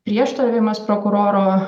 prieštaravimas prokuroro